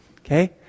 Okay